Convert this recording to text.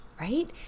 Right